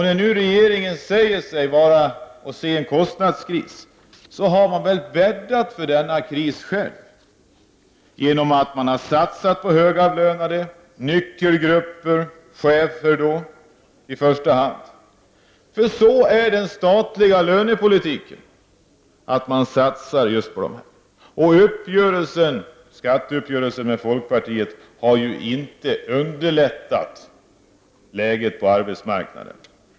När nu regeringen säger sig se en kostnadskris har den bäddat för denna kris själv genom att satsa på högavlönade, nyckelgrupper, alltså chefer i första hand. Sådan är nämligen den statliga lönepolitiken. Skatteuppgörelsen med folkpartiet har ju inte underlättat läget på arbetsmarknaden heller.